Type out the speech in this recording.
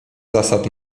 zasad